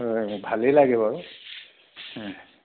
হয় ভালেই লাগে বাৰু